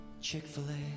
Chick-fil-A